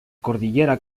cordillera